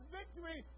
victory